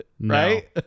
Right